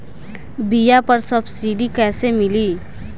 बीया पर सब्सिडी कैसे मिली?